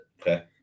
Okay